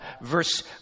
Verse